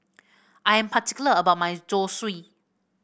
I am particular about my Zosui